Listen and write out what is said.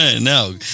No